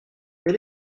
quel